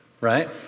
Right